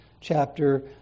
chapter